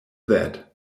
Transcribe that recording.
that